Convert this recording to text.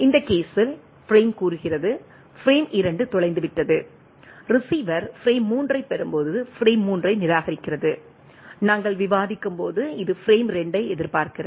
இந்த கேஸ்ஸில் பிரேம் கூறுகிறது பிரேம் 2 தொலைந்துவிட்டது ரிசீவர் பிரேம் 3 ஐப் பெறும்போது பிரேம் 3 ஐ நிராகரிக்கிறது நாங்கள் விவாதிக்கும்போது இது பிரேம் 2 ஐ எதிர்பார்க்கிறது